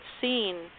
seen